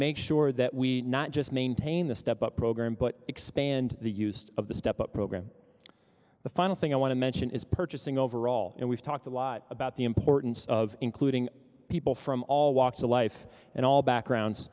make sure that we not just maintain the step up program but expand the use of the step up program the final thing i want to mention is purchasing overall and we've talked a lot about the importance of including people from all walks of life and all backgrounds